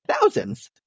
thousands